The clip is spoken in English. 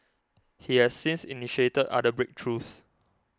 he has since initiated other breakthroughs